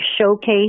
showcase